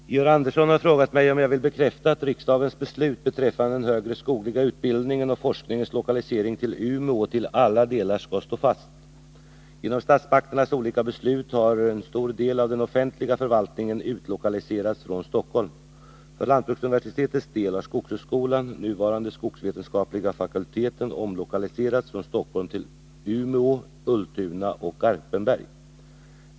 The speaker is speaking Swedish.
Herr talman! Georg Andersson har frågat mig om jag vill bekräfta att riksdagens beslut beträffande den högre skogliga utbildningens och forskningens lokalisering till Umeå till alla delar skall stå fast. Genom statsmakternas olika beslut har en stor del av den offentliga förvaltningen utlokaliserats från Stockholm. För lantbruksuniversitetets del har skogshögskolan, nuvarande skogsvetenskapliga fakulteten, omlokaliserats från Stockholm till Umeå, Ultuna och Garpenberg.